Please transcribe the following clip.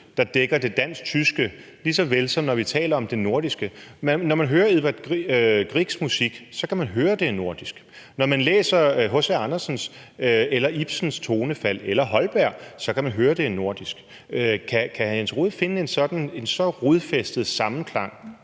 der dækker det dansk-tyske, ligesom når vi taler om det nordiske. Når man hører Edvard Griegs musik, kan man høre, det er nordisk. Når man oplever H. C. Andersen, Ibsen eller Holbergs tonefald kan man høre, at det er nordisk. Kan hr. Jens Rohde finde en så rodfæstet samklang